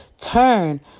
Turn